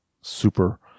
super